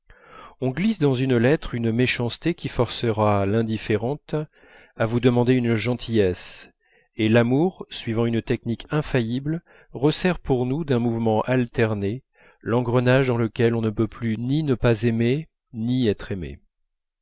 on glisse dans une lettre une méchanceté qui forcera l'indifférente à vous demander une gentillesse et l'amour suivant une technique infaillible resserre pour nous d'un mouvement alterné l'engrenage dans lequel on ne peut plus ni ne pas aimer ni être aimé